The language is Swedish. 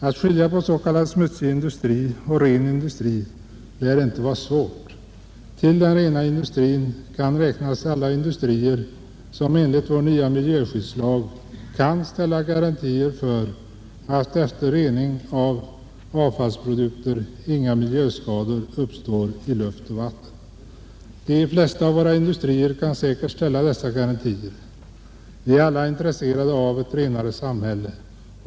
Att skilja på s.k. smutsig industri och ren industri lär inte vara svårt. Till den rena industrin kan räknas alla industrier som, enligt vår nya miljöskyddslag, kan ställa garantier för att efter rening av avfallsprodukter inga miljöskador uppstår i luft och vatten. De flesta av våra industrier kan säkert ställa dessa garantier. Vi är alla intresserade av ett renare samhälle.